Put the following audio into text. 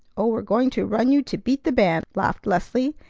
oh, we're going to run you to beat the band! laughed leslie,